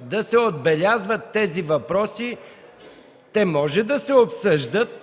да се отбелязват тези въпроси – те може да се обсъждат,...